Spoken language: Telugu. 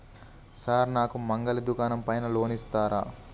సార్ నాకు మంగలి దుకాణం పైన లోన్ ఇత్తరా?